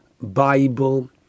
Bible